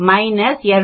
நான் 249